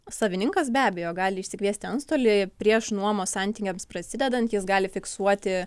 savininkas be abejo gali išsikviesti antstolį prieš nuomos santykiams prasidedant jis gali fiksuoti